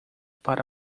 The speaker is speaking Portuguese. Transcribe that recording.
para